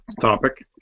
topic